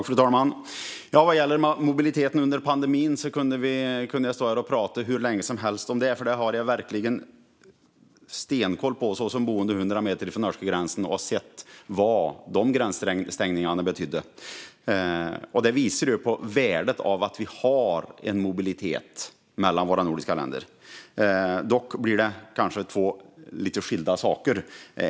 Fru talman! Vad gäller mobiliteten under pandemin skulle jag kunna stå här och prata hur länge som helst, för den har jag verkligen stenkoll på som boende hundra meter från den norska gränsen. Jag har sett vad de gränsstängningarna betydde. Det visar på värdet av att vi har en mobilitet mellan våra nordiska länder. Dock blir det kanske två lite skilda saker.